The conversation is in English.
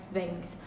banks